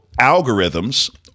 algorithms